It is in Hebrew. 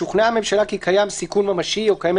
שוכנעה הממשלה כי קיים סיכון ממשי/קיימת